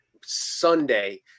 Sunday